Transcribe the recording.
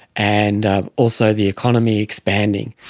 and also the economy expanding.